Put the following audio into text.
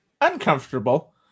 uncomfortable